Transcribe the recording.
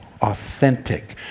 authentic